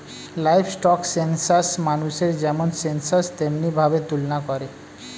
livestock census মানুষের যেমন census তেমনি ভাবে তুলনা করে